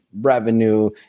revenue